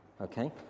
Okay